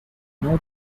note